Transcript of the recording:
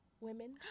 women